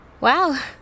Wow